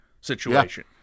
situation